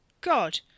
God